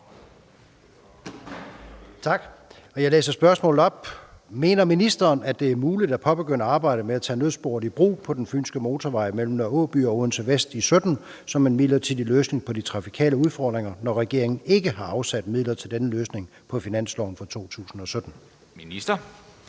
Tak. Jeg læser spørgsmålet op: Mener ministeren, det er muligt at påbegynde arbejdet med at tage nødsporet i brug på Fynske Motorvej mellem Nr. Aaby og Odense Vest i 2017 som en midlertidig løsning på de trafikale udfordringer, når regeringen ikke har afsat midler til den løsning på finansloven for 2017? Kl.